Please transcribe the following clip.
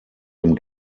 dem